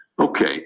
Okay